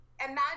Imagine